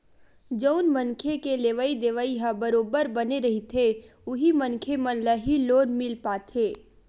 जउन मनखे के लेवइ देवइ ह बरोबर बने रहिथे उही मनखे मन ल ही लोन मिल पाथे